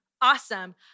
awesome